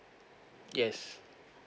yes